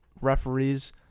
referees